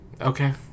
okay